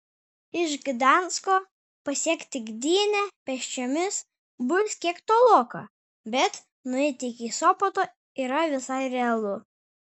iš gdansko pasiekti gdynę pėsčiomis bus kiek toloka bet nueiti iki sopoto yra visai realu